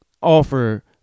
offer